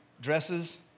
dresses